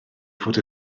fod